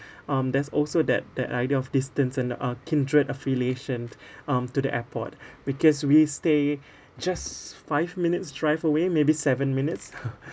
um there's also that that idea of distance and uh kindred affiliation um to the airport because we stay just five minutes drive away maybe seven minutes